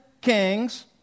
kings